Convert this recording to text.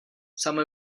some